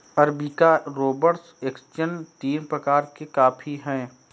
arabica robusta excelsa तीन प्रकार के कॉफी हैं